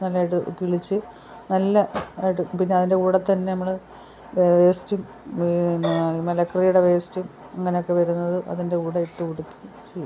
നല്ലതായിട്ട് കിളിച്ച് നല്ല ആയിട്ട് പിന്നതിൻ്റെ കൂടെ തന്നെ നമ്മൾ വേസ്റ്റും മലക്കറീടെ വേസ്റ്റും അങ്ങനൊക്കെ വരുന്നത് അതിൻ്റെ കൂടെ ഇട്ട് കൊടുക്കയും ചെയ്യും